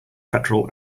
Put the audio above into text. petrol